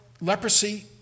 leprosy